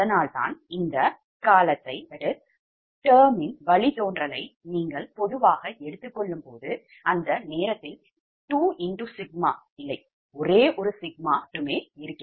அதனால்தான் இந்த termயின் வழித்தோன்றலை நீங்கள் பொதுவாக எடுத்துக் கொள்ளும்போது அந்த நேரத்தில் 2 சிக்மா இல்லை ஒரே ஒரு சிக்மா மட்டுமே இருக்கும்